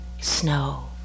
snow